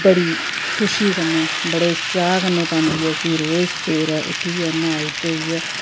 बड़ी खुशी कन्नै बड़े चाऽ कन्नै पांदी ऐ उसी रोज सवेरै उट्ठियै न्हाई धोइयै